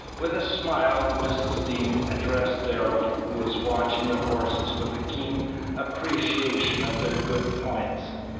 with a smile mrs. dean addressed darrell, who was watching the horses with a keen appreciation of their good points.